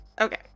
Okay